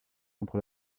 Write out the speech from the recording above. contre